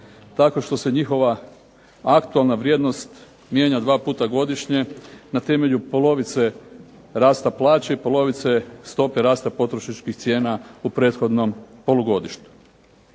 tako što se njihova aktualna vrijednost mijenja dva puta godišnje na temelju polovice rasta plaće i polovice stope rasta potrošačkih cijena u prethodnom polugodištu.